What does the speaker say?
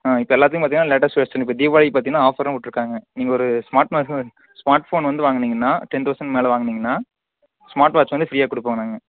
ஆ இப்போ எல்லாத்துலேயும் பார்த்திங்கன்னா லேட்டஸ்ட் வெர்ஷன் இருக்கு இப்போ தீபாவளிக்கு பார்த்திங்கன்னா ஆஃபரும் விட்டுருக்காங்க நீங்கள் ஒரு ஸ்மார்ட் ஸ்மார்ட் ஃபோன் வந்து வாங்குனீங்கன்னா டென் தௌசணுக்கு மேலே வாங்குனீங்கன்னா ஸ்மார்ட் வாட்ச் ஃப்ரீயாக கொடுப்போம் நாங்கள்